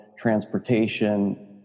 transportation